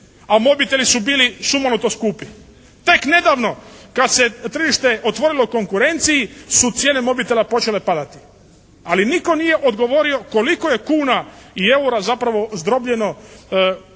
a mobiteli su bili sumanuto skupi. Tek nedavno kad se tržište otvorilo konkurenciju su cijene mobitela počele padati. Ali nitko nije odgovorio kolik je kuna i eura zapravo zdrobljeno